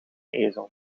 ezel